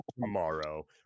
tomorrow